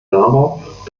darauf